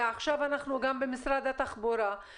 ועכשיו אנחנו גם במשרד התחבורה,